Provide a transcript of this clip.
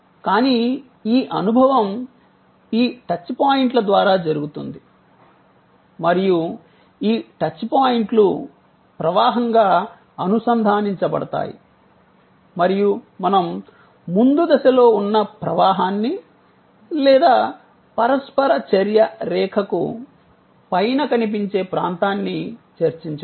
కానీ ఈ అనుభవం ఈ టచ్ పాయింట్ల ద్వారా జరుగుతుంది మరియు ఈ టచ్ పాయింట్లు ప్రవాహంగా అనుసంధానించబడతాయి మరియు మనం ముందు దశలో ఉన్న ప్రవాహాన్ని లేదా పరస్పర చర్య రేఖకు పైన కనిపించే ప్రాంతాన్ని చర్చించాము